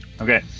Okay